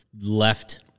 left